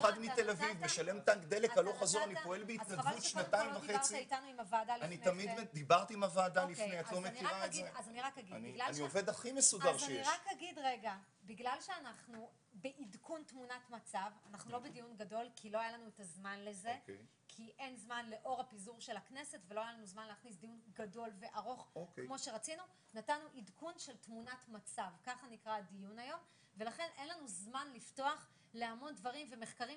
15:06.